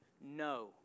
No